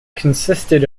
consisted